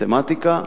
מתמטיקה,